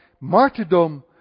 martyrdom